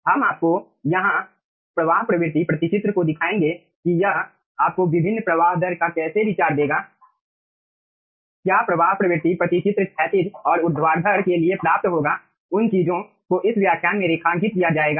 हम आपको यहां प्रवाह प्रवृत्ति प्रतिचित्र को दिखाएंगे कि यह आपको विभिन्न प्रवाह दर का कैसे विचार देगा क्या प्रवाह प्रवृत्ति प्रतिचित्र क्षैतिज और ऊर्ध्वाधर के लिए प्राप्त होगा उन चीजों को इस व्याख्यान में रेखांकित किया जाएगा